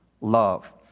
Love